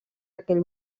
aquell